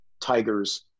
Tiger's